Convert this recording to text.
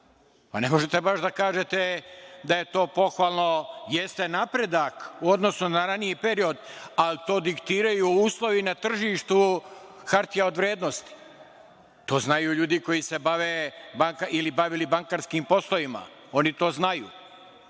pa, ne možete baš da kažete da je to pohvalno. Jeste napredak u odnosu na raniji period, ali to diktiraju uslovi na tržištu hartija od vrednosti. To znaju ljudi koji se bave ili se bave bankarskim poslovima, oni to znaju.